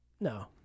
No